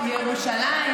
לירושלים,